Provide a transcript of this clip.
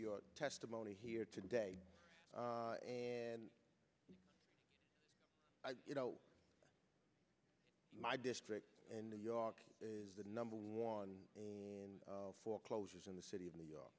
your testimony here today and you know my district in new york is the number one in foreclosures in the city of new york